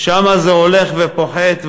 שם זה הולך ופוחת,